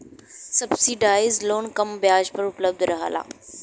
subsidise loan कम ब्याज पर उपलब्ध रहला